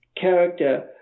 character